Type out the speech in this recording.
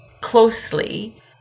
closely